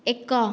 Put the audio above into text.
ଏକ